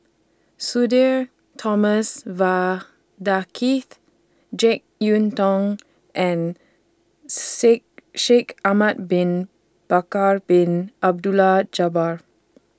Sudhir Thomas Vadaketh Jek Yeun Thong and Sick Shaikh Ahmad Bin Bakar Bin Abdullah Jabbar